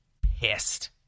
pissed